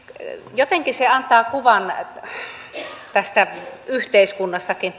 jotenkin tämä keskustelu antaa kuvan tästä yhteiskunnastakin